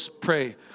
pray